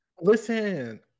Listen